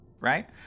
right